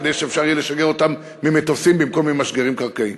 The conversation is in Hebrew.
כדי שאפשר יהיה לשגר אותם ממטוסים במקום ממשגרים קרקעיים.